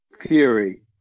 Fury